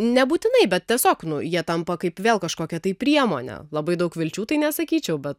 nebūtinai bet tiesiog nu jie tampa kaip vėl kažkokia tai priemone labai daug vilčių tai nesakyčiau bet